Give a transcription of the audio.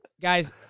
Guys